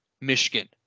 Michigan